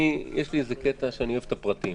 יש לי איזה קטע שאני אוהב את הפרטים.